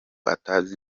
atazi